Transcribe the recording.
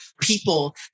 people